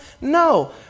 No